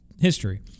history